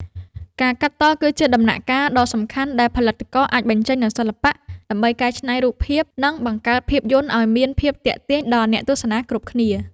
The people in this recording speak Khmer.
ការកាត់តគឺជាដំណាក់កាលដ៏សំខាន់ដែលផលិតករអាចបញ្ចេញនូវសិល្បៈ ដើម្បីកែច្នៃរូបភាព និង បង្កើតភាពយន្តឱ្យមានភាពទាក់ទាញដល់អ្នកទស្សនាគ្រប់គ្នា។